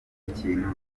ikintu